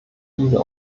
diese